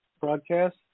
broadcast